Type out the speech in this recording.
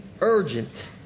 urgent